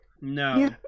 no